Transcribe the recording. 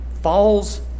falls